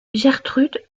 gertrude